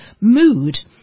mood